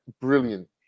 brilliant